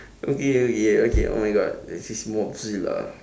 okay okay okay oh my god this is mothzilla